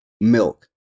milk